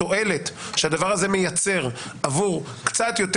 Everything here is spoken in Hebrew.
התועלת שהדבר הזה מייצר עבור קצת יותר